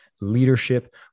Leadership